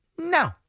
no